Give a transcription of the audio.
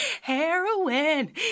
heroin